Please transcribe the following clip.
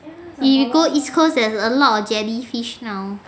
if you go east coast there's a lot of jelly fish now